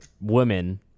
women